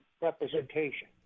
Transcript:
representation